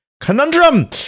conundrum